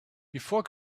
before